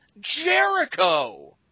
Jericho